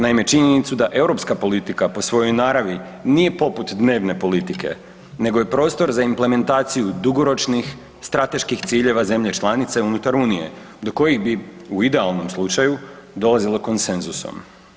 Naime, činjenicu da europska politika po svojoj naravi nije poput dnevne politike nego je prostor za implementaciju dugoročnih strateških ciljeva zemlje članice unutar Unije do kojih bi u idealnom slučaju dolazilo konsenzusom.